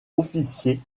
officier